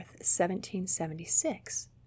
1776